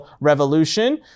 revolution